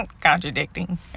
contradicting